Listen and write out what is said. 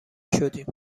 شدیم